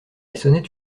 sonnette